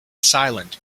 silent